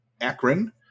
Akron